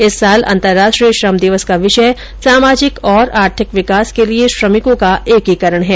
इस वर्ष अंतर्राष्ट्रीय श्रम दिवस का विषय सामाजिक और आर्थिक विकास के लिए श्रमिकों का एकीकरण है